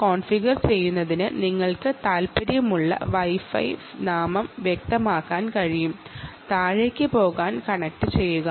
configure ചെയ്യുന്നതിന് നിങ്ങൾക്ക് താൽപ്പര്യമുള്ള വൈഫൈ പേര് വ്യക്തമാക്കാൻ കഴിയും താഴേക്ക് പോകാൻ കണക്റ്റുചെയ്യുക